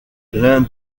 l’un